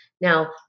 now